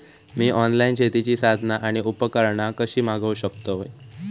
मी online शेतीची साधना आणि उपकरणा कशी मागव शकतय?